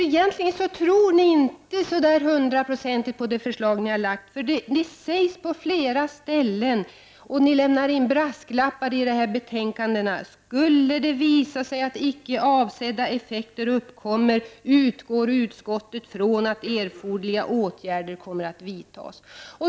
Egentligen tror ni inte hundraprocentigt på ert förslag, för ni lämnar på flera ställen brasklappar av typen: skulle det visa sig att icke avsedda effekter uppkommer utgår utskottet från att erforderliga åtgärder kommer att vidtas.